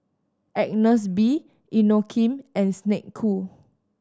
Agnes B Inokim and Snek Ku